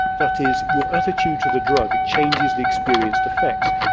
that is, your attitude to the drug changes the experienced effects.